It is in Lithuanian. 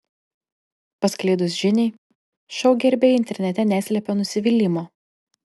pasklidus žiniai šou gerbėjai internete neslepia nusivylimo